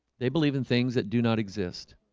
they believe in things that do not exist